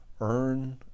earn